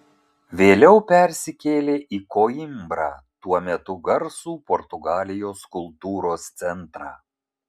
vėliau persikėlė į koimbrą tuo metu garsų portugalijos kultūros centrą